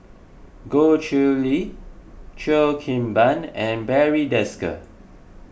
Goh Chiew Lye Cheo Kim Ban and Barry Desker